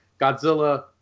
Godzilla